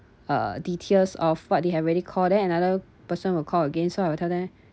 uh details of what they have already call then another person will call again so I will tell them